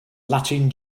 latin